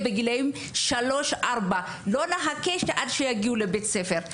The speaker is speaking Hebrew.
בגילאי 3-4. לא לחכות עד שיגיעו לבית הספר.